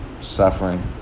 suffering